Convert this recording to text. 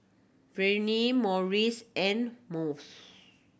Vernie Morris and Mose